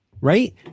right